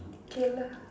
K lah